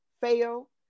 fail